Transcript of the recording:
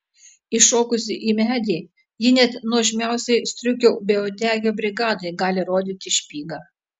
įšokusi į medį ji net nuožmiausiai striukio beuodegio brigadai gali rodyti špygą